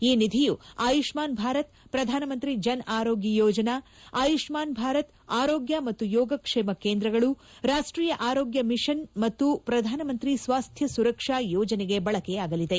ಈ ನಿಧಿಯು ಆಯುಷ್ನಾನ್ ಭಾರತ್ ಪ್ರಧಾನಮಂತ್ರಿ ಜನ್ ಆರೋಗ್ಯ ಯೋಜನಾ ಆಯುಷ್ನಾನ್ ಭಾರತ್ ಆರೋಗ್ಯ ಮತ್ತು ಯೋಗಕ್ಷೇಮ ಕೇಂದ್ರಗಳು ರಾಷ್ಟೀಯ ಆರೋಗ್ಯ ಮಿಷನ್ ಮತ್ತು ಪ್ರಧಾನಮಂತ್ರಿ ಸ್ವಾಸ್ಟ್ಯ ಸುರಕ್ಷ ಯೋಜನೆಗೆ ಬಳಕೆಯಾಗಲಿದೆ